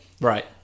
Right